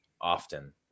often